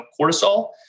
cortisol